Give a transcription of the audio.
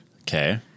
Okay